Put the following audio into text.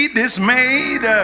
dismayed